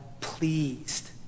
pleased